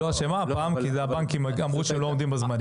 היא לא אשמה הפעם כי זה הבנקים אמרו שהם לא עומדים בזמנים.